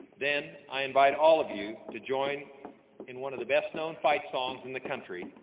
then i invite all of you to join in one of the best known fight songs in the country,